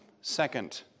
Second